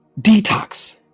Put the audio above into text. Detox